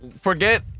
forget